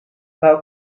pak